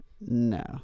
No